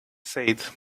said